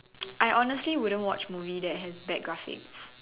I honestly wouldn't watch movies that has bad graphics